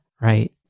right